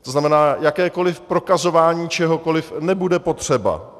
To znamená, jakékoli prokazování čehokoli nebude potřeba.